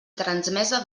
transmesa